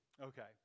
Okay